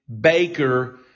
baker